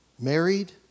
Married